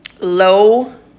low